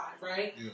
right